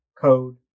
code